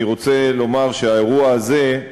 אני רוצה לומר שהאירוע הזה,